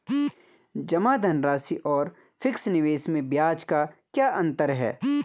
जमा धनराशि और फिक्स निवेश में ब्याज का क्या अंतर है?